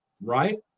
right